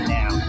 now